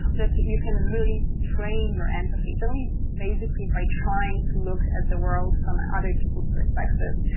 that you can really train your empathy, generally basically by trying to look at the world from other people's perspectives,